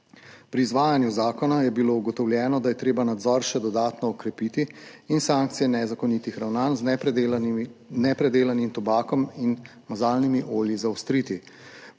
Pri izvajanju zakona je bilo ugotovljeno, da je treba nadzor še dodatno okrepiti in sankcije nezakonitih ravnanj z nepredelanim tobakom in mazalnimi olji zaostriti.